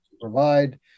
provide